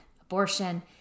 abortion